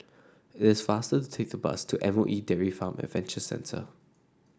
it is faster to take the bus to M O E Dairy Farm Adventure Centre